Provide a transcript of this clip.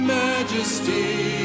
majesty